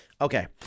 Okay